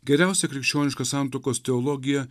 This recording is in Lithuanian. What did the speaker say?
geriausia krikščioniška santuokos teologija